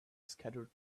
scattered